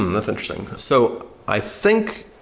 and that's interesting. so i think,